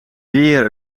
weer